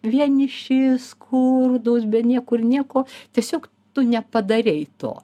vieniši skurdūs be niekur nieko tiesiog tu nepadarei to